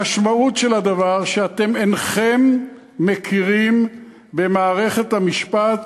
המשמעות של הדבר, שאתם אינכם מכירים במערכת המשפט